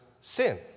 sin